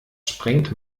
sprengt